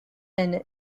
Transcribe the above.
and